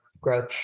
growth